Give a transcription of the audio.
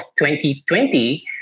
2020